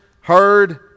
heard